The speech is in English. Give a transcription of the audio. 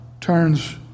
turns